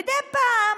ומדי פעם